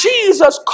Jesus